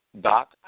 Doc